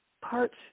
Parts